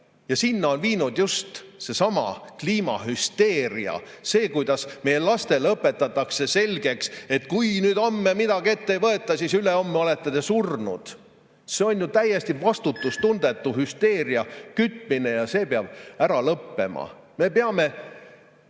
Selleni on viinud just seesama kliimahüsteeria – see, kuidas meie lastele õpetatakse, et kui nüüd homme midagi ette ei võeta, siis ülehomme olete te surnud. See on ju täiesti vastutustundetu hüsteeriakütmine. See peab ära lõppema! Me peame